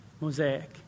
mosaic